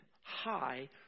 high